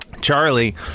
Charlie